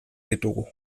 ditugu